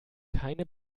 keine